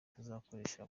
tuzakoresha